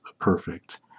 perfect